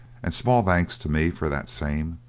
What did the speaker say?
and small thanks to me for that same.